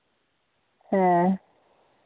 ᱦᱮᱸ